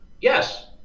Yes